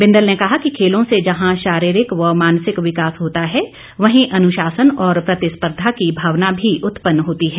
बिंदल ने कहा कि खेलों से जहां शारीरिक व मानसिक विकास होता है वहीं अनुशासन और प्रतिस्पर्धा की भावना भी उत्पन्न होती है